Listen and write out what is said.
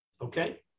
Okay